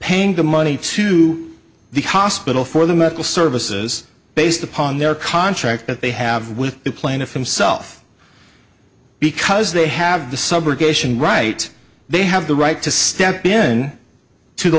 paying the money to the hospital for the medical services based upon their contract that they have with the plaintiff himself because they have the subrogation right they have the right to step in to the